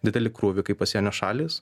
didelį krūvį kaip pasienio šalys